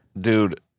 Dude